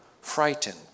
frightened